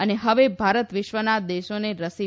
અને હવે ભારત વિશ્વના દેશોને રસી પણ